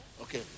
Okay